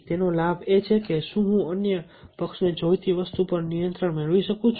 તેનો લાભ એ છે કે શું હું અન્ય પક્ષને જોઈતી વસ્તુ પર નિયંત્રણ મેળવી શકું